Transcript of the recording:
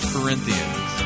Corinthians